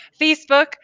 Facebook